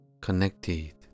connected